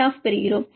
cut off பெறுகிறோம்